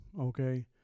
okay